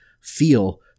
feel